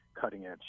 cutting-edge